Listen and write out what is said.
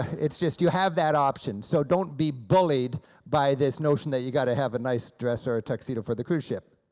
it's just, you have that option, so don't be bullied by this notion that you got to have a nice dress or a tuxedo for the cruise ship.